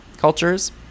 cultures